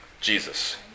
Jesus